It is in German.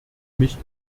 mich